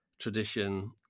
Tradition